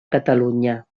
catalunya